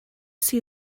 see